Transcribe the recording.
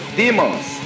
demons